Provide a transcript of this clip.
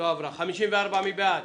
הצבעה בעד,